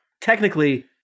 technically